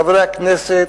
חברי הכנסת,